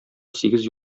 сигез